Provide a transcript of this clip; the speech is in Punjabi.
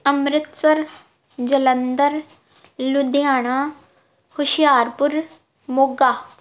ਅੰਮ੍ਰਿਤਸਰ ਜਲੰਧਰ ਲੁਧਿਆਣਾ ਹੁਸ਼ਿਆਰਪੁਰ ਮੋਗਾ